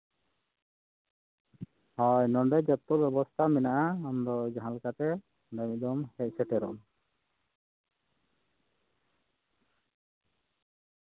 ᱦᱳᱭ ᱱᱚᱸᱰᱮ ᱡᱚᱛᱚ ᱵᱚᱱᱫᱮᱡ ᱢᱮᱱᱟᱜᱼᱟ ᱟᱢ ᱫᱚ ᱡᱟᱦᱟᱸᱞᱮᱠᱟᱛᱮ ᱱᱚᱸᱰᱮ ᱢᱤᱫ ᱫᱷᱟᱣᱮᱢ ᱦᱮᱡ ᱥᱮᱴᱮᱨᱚᱜᱼᱟ